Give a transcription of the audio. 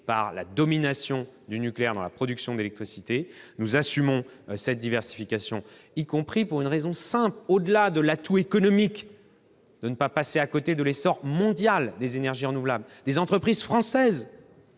par la domination du nucléaire dans la production de l'électricité, nous assumons cette diversification, et ce pour une raison simple. Il y a bien un atout économique : il ne faut pas passer à côté de l'essor mondial des énergies renouvelables. Cela concerne des entreprises françaises,